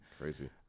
Crazy